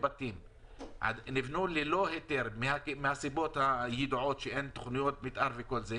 בתים נבנו ללא היתר מהסיבות הידועות שאין תוכניות מתאר וכיו"ב,